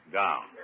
down